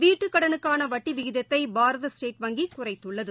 வீட்டு கடனுக்கான வட்டி விகிதத்தை பாரத ஸ்டேட் வங்கி குறைத்துள்ளது